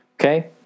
Okay